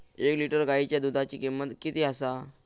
एक लिटर गायीच्या दुधाची किमंत किती आसा?